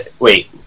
wait